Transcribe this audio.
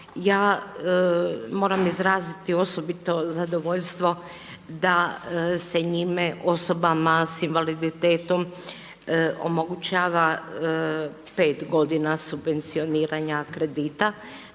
ja moram izraziti osobito zadovoljstvo da se njime osobama s invaliditetom omogućava pet godina subvencioniranja kredita,